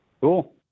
Cool